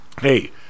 Hey